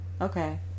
okay